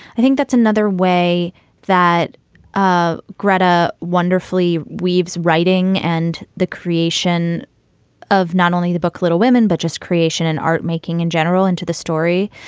i think that's another way that ah gretta wonderfully weaves writing and the creation of not only the book little women, but just creation and art making in general into the story.